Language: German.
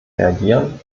reagieren